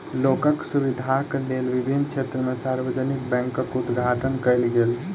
लोकक सुविधाक लेल विभिन्न क्षेत्र में सार्वजानिक बैंकक उद्घाटन कयल गेल